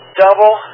double